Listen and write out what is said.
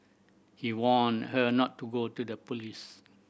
he warned her not to go to the police